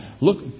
Look